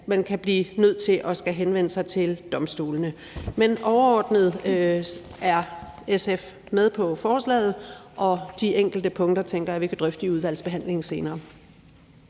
inden man bliver nødt til at skulle henvende sig til domstolene. Overordnet er SF med på forslaget, og de enkelte punkter tænker jeg at vi kan drøfte i udvalgsbehandlingen senere.